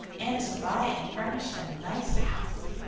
and to buy and furnish a nice house.